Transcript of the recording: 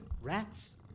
Rats